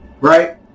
right